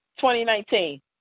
2019